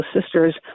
sisters